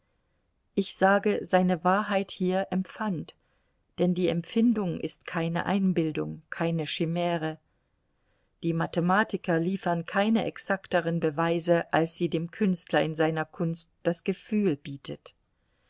ich sage seine wahrheit hier empfand denn die empfindung ist keine einbildung keine schimäre die mathematiker liefern keine exakteren beweise als sie dem künstler in seiner kunst das gefühl bietet